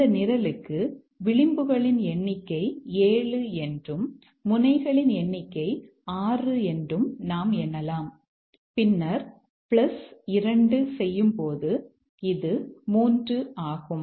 இந்த நிரலுக்கு விளிம்புகளின் எண்ணிக்கை 7 என்றும் முனைகளின் எண்ணிக்கை 6 என்றும் நாம் எண்ணலாம் பின்னர் பிளஸ் 2 செய்யும்போது இது 3 ஆகும்